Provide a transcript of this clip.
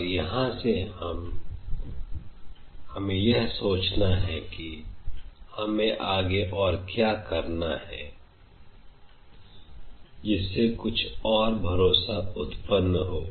और यहां से हमें यह सोचना है कि हमें आगे और क्या करना है जिससे कुछ और भरोसा उत्पन्न हो